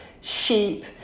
sheep